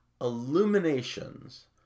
Illuminations